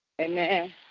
Amen